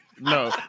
No